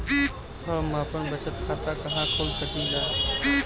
हम आपन बचत खाता कहा खोल सकीला?